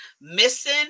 missing